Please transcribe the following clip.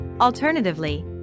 Alternatively